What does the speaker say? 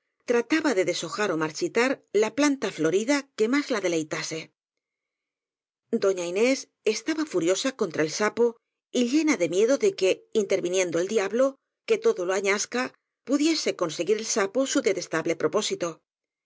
trataba de des hojar ó marchitar la planta florida que más la de leitase doña inés estaba furiosa contra el sapo y llena de miedo también de que interviniendo el diablo que todo lo añasca pudiese conseguir el sapo su detestable propósito